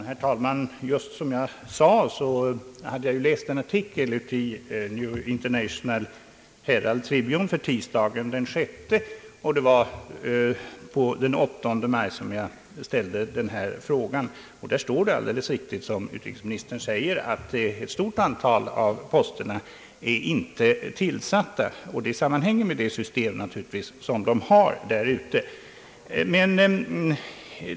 Herr talman! Som jag sade hade jag läst en artikel i International Herald Tribune för tisdagen den 6 maj, och det var den 8 maj jag ställde frågan. Det är riktigt som utrikesministern säger att ett stort antal poster inte är tillsatta. Detta sammanhänger naturligtvis med det system man har där ute.